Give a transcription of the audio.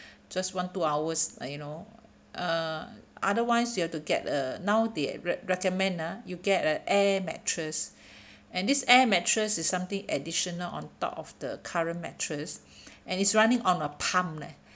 just one two hours uh you know uh otherwise you have to get a now they recommend ah you get a air mattress and this air mattress is something additional on top of the current mattress and it's running on a pump leh